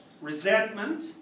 resentment